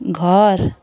घर